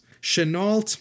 Chenault